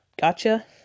gotcha